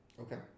Okay